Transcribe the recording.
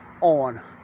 on